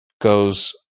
goes